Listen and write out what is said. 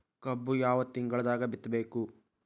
ಕಬ್ಬು ಯಾವ ತಿಂಗಳದಾಗ ಬಿತ್ತಬೇಕು?